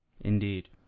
Indeed